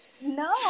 No